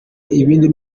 ibindi